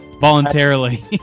voluntarily